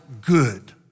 good